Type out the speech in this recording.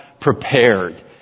prepared